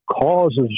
causes